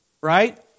right